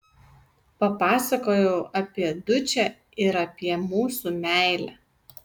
papasakojau apie dučę ir apie mūsų meilę